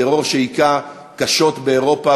טרור שהכה קשות באירופה,